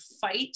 fight